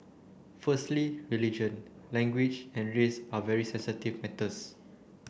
firstly religion language and race are very sensitive matters